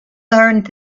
learned